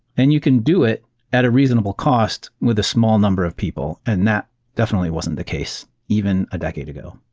and you can do it at a reasonable cost with a small number of people, and that definitely wasn't the case even a decade ago